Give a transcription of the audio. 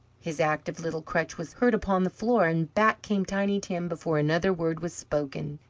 his active little crutch was heard upon the floor, and back came tiny tim before another word was spoken,